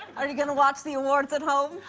are you gonna watch the awards at home?